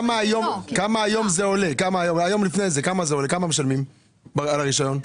היום כמה משלמים על הרשיון?